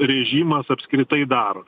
režimas apskritai daro